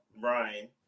Brian